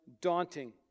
daunting